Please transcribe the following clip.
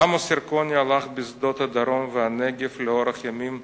"עמוס ירקוני הלך בשדות הדרום והנגב לאורך ימים ושנים.